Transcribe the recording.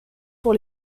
pour